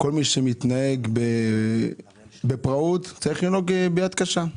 כל מי שמתנהג בפראות צריך לנהוג בו ביד קשה,